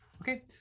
Okay